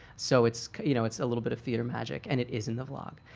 so it's you know it's a little bit of theater magic. and it is in the vlog.